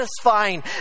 satisfying